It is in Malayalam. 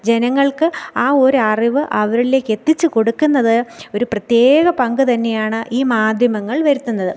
ജനങ്ങൾക്ക് ആ ഒരു അറിവ് അവരിലേക്ക് എത്തിച്ച് കൊടുക്കുന്നത് ഒരു പ്രത്യേക പങ്ക് തന്നെയാണ് ഈ മാധ്യമങ്ങൾ വരുത്തുന്നത്